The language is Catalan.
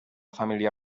família